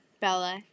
Bella